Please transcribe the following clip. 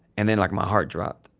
and then, like, my heart dropped.